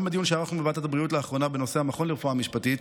גם בדיון שערכנו בוועדת הבריאות לאחרונה בנושא המכון לרפואה משפטית